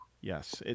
Yes